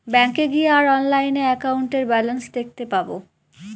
ব্যাঙ্কে গিয়ে আর অনলাইনে একাউন্টের ব্যালান্স দেখতে পাবো